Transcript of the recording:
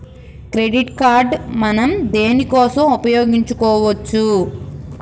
Credit card మనం దేనికోసం ఉపయోగించుకోవచ్చు?